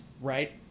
right